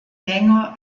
länger